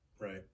right